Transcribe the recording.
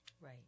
right